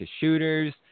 shooters